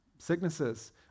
Sicknesses